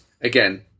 again